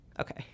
okay